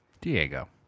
Diego